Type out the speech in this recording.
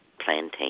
plantain